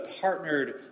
partnered